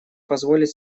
позволит